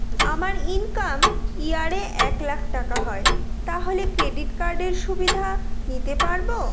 আমার income year এ এক লাক টাকা হয় তাহলে ক্রেডিট কার্ড এর সুবিধা নিতে পারবো?